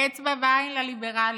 אצבע בעין לליברלים,